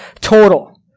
total